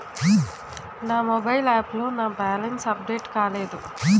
నా mobile app లో నా బ్యాలెన్స్ అప్డేట్ కాలేదు